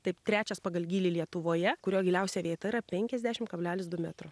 tai trečias pagal gylį lietuvoje kurio giliausia vieta yra penkiasdešimt kablelis du metro